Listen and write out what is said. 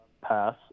pass